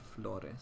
Flores